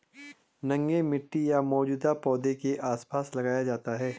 नंगे मिट्टी या मौजूदा पौधों के आसपास लगाया जाता है